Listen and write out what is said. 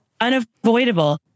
Unavoidable